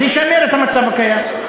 לשמר את המצב הקיים?